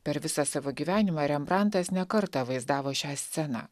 per visą savo gyvenimą rembrantas ne kartą vaizdavo šią sceną